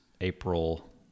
April